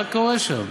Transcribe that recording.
מה קורה שם?